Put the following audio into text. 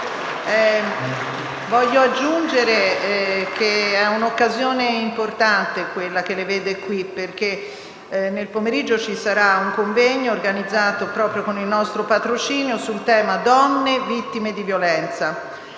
voglio aggiungere che è un'occasione importante quella che le vede qui oggi. Nel pomeriggio, infatti, si svolgerà un convegno organizzato proprio con il nostro patrocinio sul tema «Donne vittime di violenza».